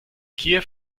kiew